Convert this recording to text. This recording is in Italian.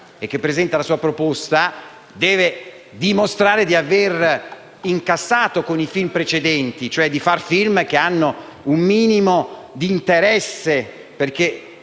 che presenta la sua proposta, deve dimostrare di aver incassato con i film precedenti, cioè di fare film che destano un minimo di interesse, perché